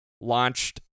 launched